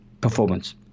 performance